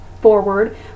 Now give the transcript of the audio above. forward